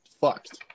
Fucked